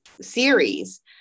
series